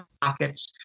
pockets